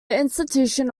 institution